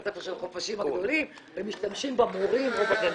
בית ספר של החופשים הגדולים ומשתמשים במורים או בגננות,